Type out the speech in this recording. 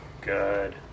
Good